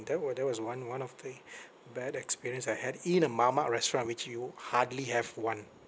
that were that was one one of the bad experience I had in a mamak restaurant which you hardly have one